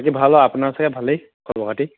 বাকী ভাল আৰু আপোনাৰ চাগে ভালেই খবৰ খাতি